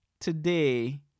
today